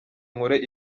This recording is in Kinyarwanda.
nkore